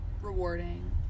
rewarding